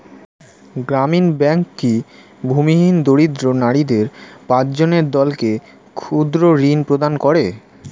গ্রামীণ ব্যাংক কি ভূমিহীন দরিদ্র নারীদের পাঁচজনের দলকে ক্ষুদ্রঋণ প্রদান করে?